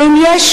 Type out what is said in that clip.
ואם יש